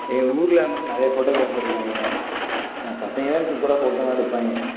எங்கள் ஊர்ல வந்து நிறைய ஃபோட்டோகிராஃபர் இருக்காங்க என் பசங்களே சூப்பராக ஃபோட்டோலாம் எடுப்பாங்க